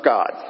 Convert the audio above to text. God